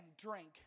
drink